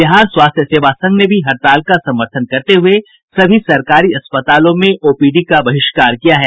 बिहार स्वास्थ्य सेवा संघ ने भी हड़ताल का समर्थन करते हुये सभी सरकारी अस्पतालों में ओपीडी का बहिष्कार किया है